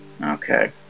okay